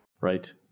Right